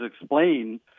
explain